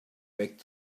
back